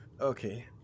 Okay